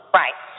right